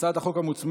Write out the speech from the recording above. הצעת החוק המוצמדת,